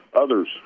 Others